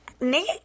Nate